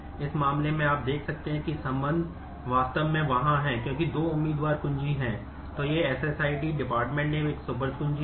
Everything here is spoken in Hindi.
इस मामले में आप देख सकते हैं कि संबंध वास्तव में वहां है क्योंकि दो उम्मीदवार कुंजी में निहित है